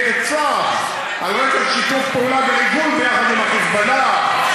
נעצר על רקע שיתוף פעולה וריגול ביחד עם ה"חיזבאללה".